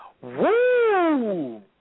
Woo